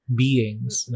beings